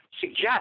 suggest